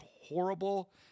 horrible